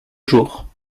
jours